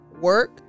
work